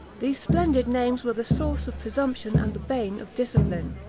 these splendid names were the source of presumption and the bane of discipline.